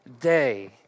day